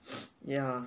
ya